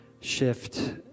shift